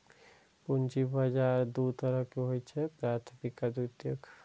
पूंजी बाजार दू तरहक होइ छैक, प्राथमिक आ द्वितीयक